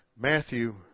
Matthew